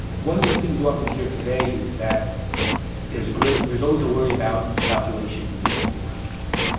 one of the things you often hear today is that there is a great there's always a worry about miscalculation in dealing with the iranians,